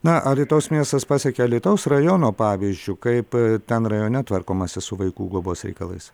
na alytaus miestas pasekė alytaus rajono pavyzdžiu kaip ten rajone tvarkomasi su vaikų globos reikalais